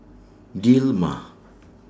Dilmah